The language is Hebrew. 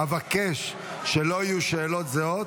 אבקש שלא יהיו שאלות זהות,